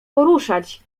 poruszać